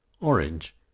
Orange